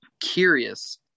curious